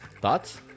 Thoughts